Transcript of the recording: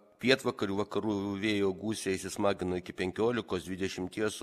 pietvakarių vakarų vėjo gūsiai įsismagino iki penkiolikos dvidešimties